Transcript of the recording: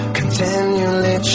continually